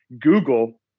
Google